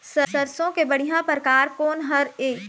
सरसों के बढ़िया परकार कोन हर ये?